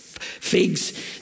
Figs